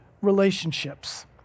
relationships